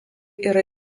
yra